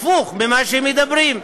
הפוך ממה שמדברים.